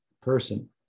person